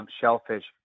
shellfish